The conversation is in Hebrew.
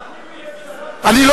בשקט.